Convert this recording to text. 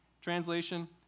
Translation